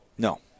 No